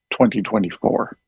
2024